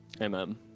Amen